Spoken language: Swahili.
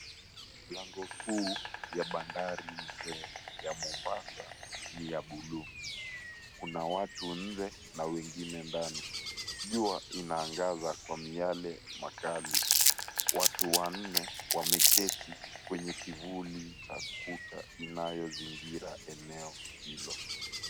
Lango kuu ya bandari ya Mombasa ni ya buluu. Kuna watu nje na wengine ndani. Jua inaangaza kwa miale makali. Watu wanne wameketi kwenye kivuli cha Kuta inayozingira eneo hilo.